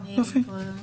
יופי,